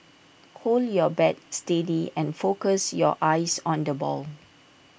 hold your bat steady and focus your eyes on the ball